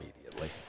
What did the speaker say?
immediately